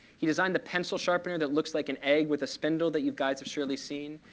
he designed the pencil sharpener that looks like an egg with a spindle that you guys have surely seen.